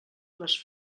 les